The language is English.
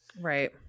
Right